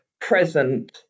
present